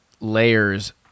layers